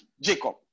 Jacob